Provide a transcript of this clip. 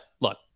look